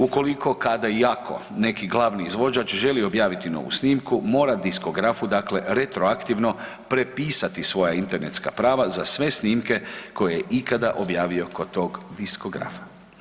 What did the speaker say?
Ukoliko, kada i ako neki glavni izvođač želi objaviti novu snimku mora diskografu dakle retroaktivno prepisati svoja internetska prava za sve snimke koje je ikada objavio kod toga diskografa.